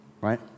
Right